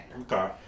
Okay